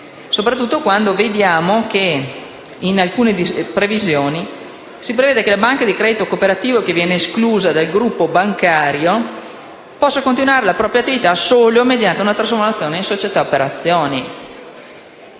soprattutto quando vediamo che con alcune disposizioni si prevede che la banca di credito cooperativo che viene esclusa dal gruppo bancario possa continuare la propria attività solo mediante una sua trasformazione in società per azioni.